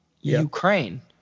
Ukraine